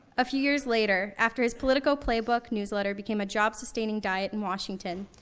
a few years later, after his politico playbook newsletter became a job-sustaining diet in washington,